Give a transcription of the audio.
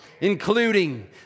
including